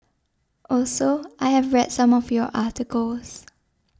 also I have read some of your articles